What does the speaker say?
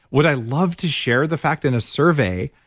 would i love to share the fact in a survey,